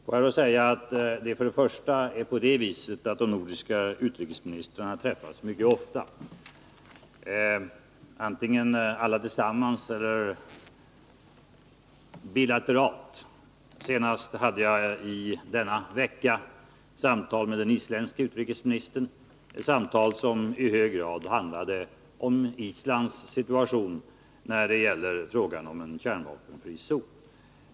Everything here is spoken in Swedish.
Får jag då först säga att de nordiska utrikesministrarna träffas mycket ofta, antingen alla tillsammans eller bilateralt. Jag hade senast i denna vecka samtal med den isländske utrikesministern som i hög grad handlade om Islands situation när det gäller frågan om en kärnvapenfri zon.